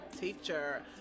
teacher